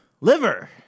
liver